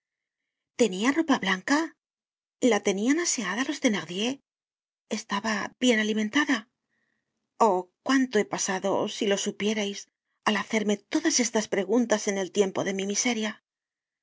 tenia ropa blanca la tenian aseada los thenardier estaba bien alimentada oh cuánto he pasado si lo supiérais al hacerme todas estas preguntas en el tiempo de mi miseria